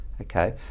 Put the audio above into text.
okay